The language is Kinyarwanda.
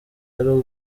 ari